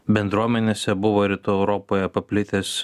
bendruomenėse buvo rytų europoje paplitęs